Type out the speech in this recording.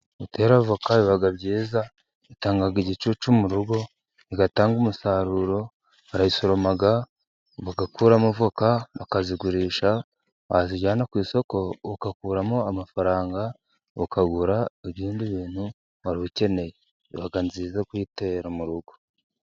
Gutera avoka biba byiza bitanga igicucu murugo, igatanga umusaruro, barayisoroma bagakuramo avoka bakazigurisha wazijyana ku isoko ugakuramo amafaranga ukagura ibindi ibintu wari ukeneye, iba nziza kuyitera mu rugo.